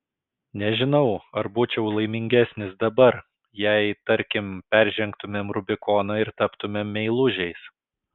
nežinau ar būčiau laimingesnis dabar jei tarkim peržengtumėm rubikoną ir taptumėm meilužiais